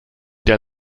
der